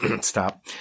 stop